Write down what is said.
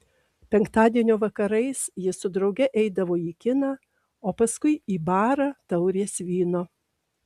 penktadienio vakarais ji su drauge eidavo į kiną o paskui į barą taurės vyno